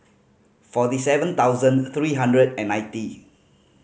forty seven thousand three hundred and ninety